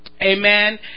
Amen